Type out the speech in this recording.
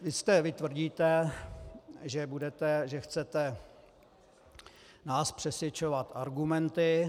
Vy jste, vy tvrdíte, že budete, že chcete nás přesvědčovat argumenty.